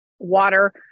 water